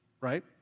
right